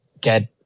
get